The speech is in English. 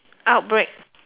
outbreak